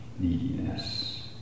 Neediness